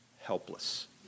helpless